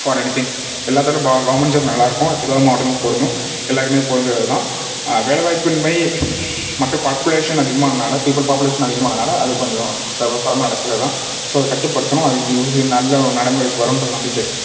for anything எல்லாத்தோட பா government job நல்லாருக்கும் திருவாரூர் மாவட்டத்துக்கும் பொருந்தும் எல்லாருக்குமே பொருந்துறது அதான் வேலை வாய்ப்பின்மை மக்கள் பாப்புலேஷன் அதிகமானனால பீப்புள் பாப்புலேஷன் அதிகமானனால அது கொஞ்சம் சர்வ சாதரணமாக நடக்குது அதான் ஸோ அதை கட்டுப்படுத்தணும் அதுக்கு நல்ல ஒரு நடைமுறைக்கு வருன்ற நம்பிக்கை இருக்கு